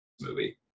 movie